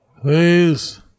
Please